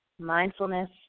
mindfulness